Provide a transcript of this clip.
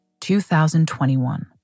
2021